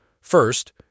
First